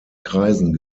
kreisen